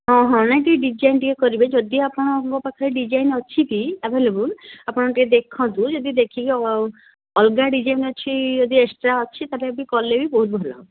ହଁ ହଁ ନାଇଁ ଟିକେ ଡିଜାଇନ୍ ଟିକେ କରିବେ ଯଦି ଆପଣଙ୍କ ପାଖେ ଡିଜାଇନ୍ ଅଛି କି ଆଭେଲେବୁଲ୍ ଆପଣ ଟିକେ ଦେଖନ୍ତୁ ଯଦି ଦେଖିକି ଆଉ ଅଲଗା ଡିଜାଇନ୍ ଅଛି ଯଦି ଏକ୍ସଟ୍ରା ଅଛି ତା'ହେଲେ ବି କଲେ ବି ବହୁତ ଭଲ ହେବ